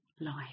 life